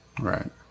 Right